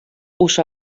usa